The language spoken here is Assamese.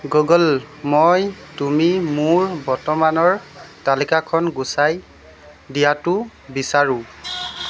গুগল মই তুমি মোৰ বৰ্তমানৰ তালিকাখন গুচাই দিয়াটো বিচাৰোঁ